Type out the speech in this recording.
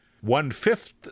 one-fifth